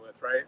right